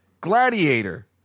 Gladiator